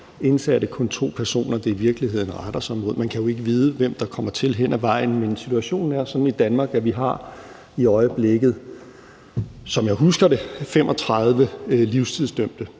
kun er to personer, det retter sig imod. Man kan jo ikke vide, hvem der kommer til hen ad vejen, men situationen er sådan i Danmark, at vi i øjeblikket har, som jeg husker det, 35 livstidsdømte.